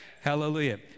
Hallelujah